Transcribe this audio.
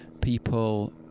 people